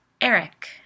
Eric